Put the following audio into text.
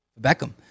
Beckham